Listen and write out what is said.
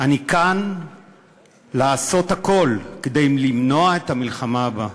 אני כאן לעשות הכול כדי למנוע את המלחמה הבאה.